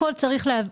ברורים.